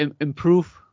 improve